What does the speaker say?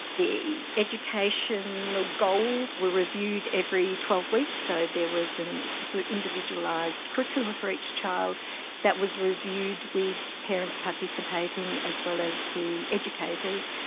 the education goals were reviewed every twelve weeks, so there was an so individualised curriculum for each child that was reviewed with parents participating as well as the educators,